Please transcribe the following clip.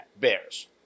bears